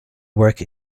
work